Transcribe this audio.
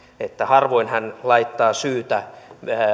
että harvoin hän laittaa syytä